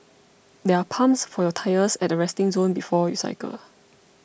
there are pumps for your tyres at the resting zone before you cycle